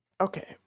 Okay